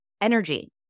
Energy